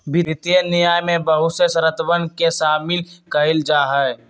वित्तीय न्याय में बहुत से शर्तवन के शामिल कइल जाहई